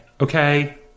Okay